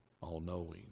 All-knowing